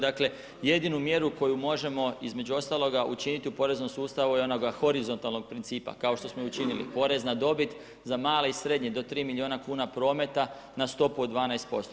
Dakle, jedinu mjeru koju možemo između ostaloga učiniti u poreznom sustavu i onoga horizontalnog principa, kao što smo i učinili, porez na dobit za male i srednje, do 3 milijuna kn prometa na stopu od 12%